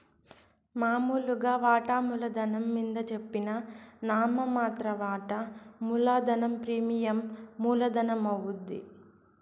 మామూలుగా వాటామూల ధనం మింద జెప్పిన నామ మాత్ర వాటా మూలధనం ప్రీమియం మూల ధనమవుద్ది